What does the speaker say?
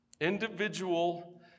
Individual